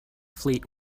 fleet